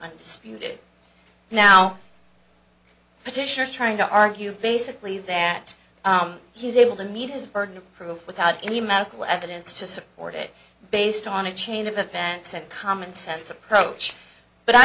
i disputed now petitioner trying to argue basically that he's able to meet his burden of proof without any medical evidence to support it based on a chain of events a common sense approach but i